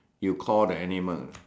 you call the animal